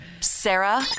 Sarah